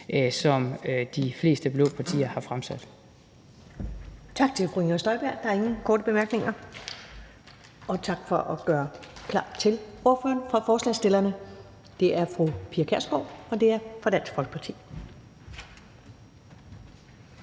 som de fleste blå partier har fremsat.